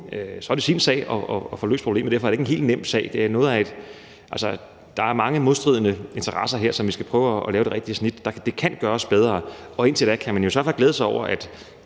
så er det sin sag at få løst problemet. Derfor er det ikke en helt nem sag. Altså, der er mange modstridende interesser her, så vi skal prøve at lave det rigtige snit. Det kan gøres bedre, og indtil da kan man jo så glæde sig over, at